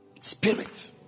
spirit